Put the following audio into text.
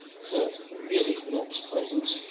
so it's really not pleasant.